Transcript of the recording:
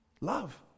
Love